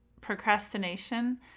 procrastination